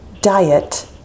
diet